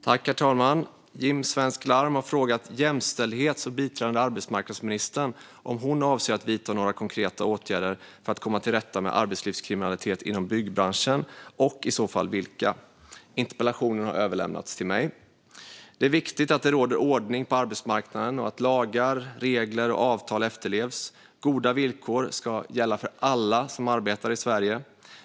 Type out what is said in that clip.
Herr talman! Jim Svensk Larm har frågat jämställdhets och biträdande arbetsmarknadsministern om hon avser att vidta några konkreta åtgärder för att komma till rätta med arbetslivskriminaliteten inom byggbranschen och i så fall vilka. Interpellationen har överlämnats till mig. Det är viktigt att det råder ordning på arbetsmarknaden och att lagar, regler och avtal efterlevs. Goda villkor ska gälla för alla som arbetar i Sverige.